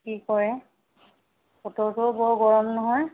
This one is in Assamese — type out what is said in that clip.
কি কৰে বতৰটোও বৰ গৰম নহয়